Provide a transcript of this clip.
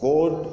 God